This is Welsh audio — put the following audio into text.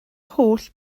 holl